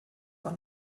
war